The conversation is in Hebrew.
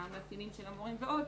המאפיינים של המורים ועוד,